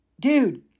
Dude